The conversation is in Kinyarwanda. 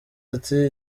ati